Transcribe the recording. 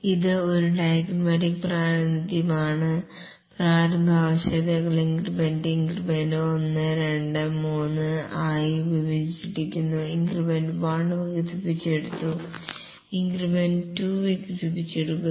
ഇത് ഒരു ഡയഗ്രമാറ്റിക് പ്രാതിനിധ്യമാണ് പ്രാരംഭ ആവശ്യകതകൾ ഇൻക്രിമെന്റ് ഇൻക്രിമെന്റ് 1 2 3 ആയി വിഭജിച്ചിരിക്കുന്നു ഇൻക്രിമെന്റ് 1 വികസിപ്പിച്ചെടുത്തു ഇൻക്രിമെന്റ് 2 വികസിപ്പിച്ചെടുക്കുന്നു